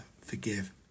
forgive